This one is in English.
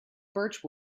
birch